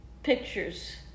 Pictures